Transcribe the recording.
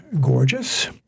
gorgeous